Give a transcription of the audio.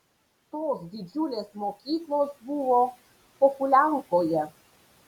tos didžiulės mokyklos buvo pohuliankoje